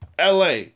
LA